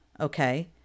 Okay